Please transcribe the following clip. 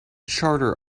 charter